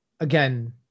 Again